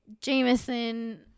Jameson